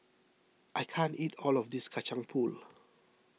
I can't eat all of this Kacang Pool